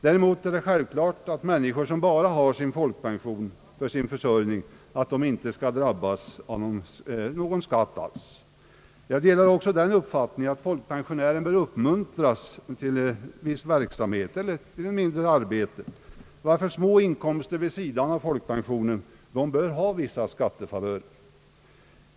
Däremot är det självklart, att människor som bara har folkpensionen att lita till för sin försörjning inte skall drabbas av någon skatt alls. Jag delar också den uppfattningen, att folkpensionärer bör uppmuntras till viss verksamhet och att små inkomster vid sidan om folkpensionen bör ha vissa skattefavörer.